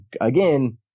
again